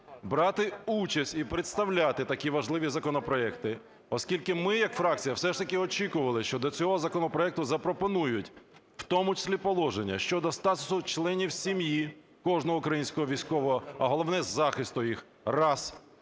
брати участь і представляти такі важливі законопроекти. Оскільки ми як фракція, все ж таки, очікували, що до цього законопроекту запропонують в тому числі положення щодо статусу членів сім'ї кожного українського військового, а головне – захисту їх. Раз.